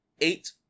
eight